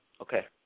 Okay